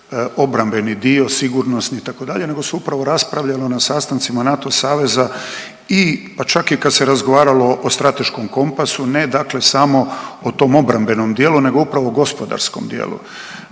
obrambeni dio, sigurnosni itd., nego se upravo raspravljalo na sastancima NATO saveza i, pa čak i kad se razgovaralo o strateškom kompasu, ne dakle samo o tom obrambenom dijelu nego upravo o gospodarskom dijelu